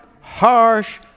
harsh